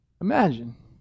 Imagine